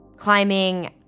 Climbing